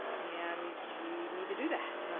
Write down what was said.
and we need to do that.